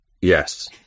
Yes